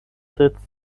sits